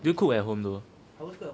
do you cook at home though